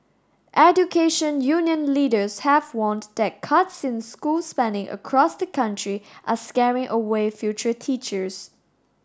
education union leaders have warned that cuts in school spending across the country are scaring away future teachers